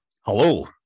Hello